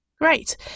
Great